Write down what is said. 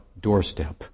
doorstep